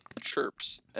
chirps